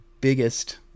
biggest